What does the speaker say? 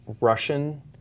Russian